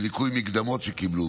בניכוי מקדמות שקיבלו,